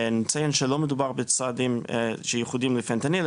נציין שלא מדובר בצעדים שייחודיים לפנטניל,